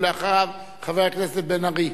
אחריו, חבר הכנסת בן-ארי.